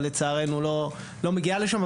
אבל לצערנו, היא לא מגיעה לשם.